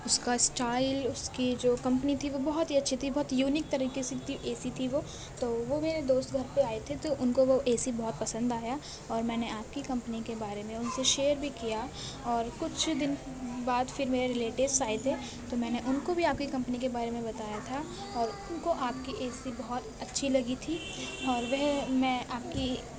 اس کا اسٹائل اس کی جو کمپنی تھی بہت ہی اچھی تھی بہت یونک طریقے سے اے سی تھی وہ تو وہ میرے دوست گھر پہ آئے تھے تو ان کو وہ اے سی بہت پسند آیا اور میں نے آپ کی کمپنی کے بارے میں شیئر بھی کیا اور کچھ دن بعد پھر میرے ریلیٹوس آئے تھے تو میں نے ان کو بھی آپ کی کمپنی کے بارے میں بتایا تھا ان کو آپ کی اے سی بہت اچھی لگی تھی اور وہ میں آپ کی